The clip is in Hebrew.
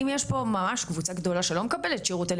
אם יש פה קבוצה גדולה ממש שלא מקבלת שירות על